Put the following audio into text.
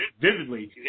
vividly